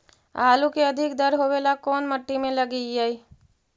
आलू के अधिक दर होवे ला कोन मट्टी में लगीईऐ?